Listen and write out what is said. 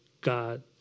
God